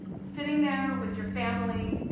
sitting there with your family,